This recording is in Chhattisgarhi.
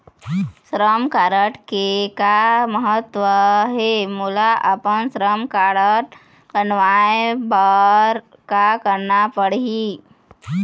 श्रम कारड के का महत्व हे, मोला अपन श्रम कारड बनवाए बार का करना पढ़ही?